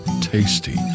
tasty